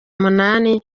umunani